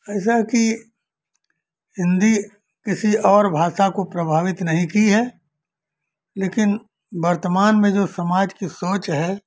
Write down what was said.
ऐसा है कि हिन्दी किसी और भाषा को प्रभावित नहीं की है लेकिन वर्तमान में जो समाज की सोच है